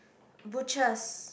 butchers